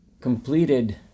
completed